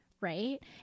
right